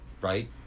right